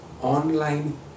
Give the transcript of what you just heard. online